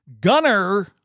Gunner